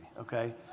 okay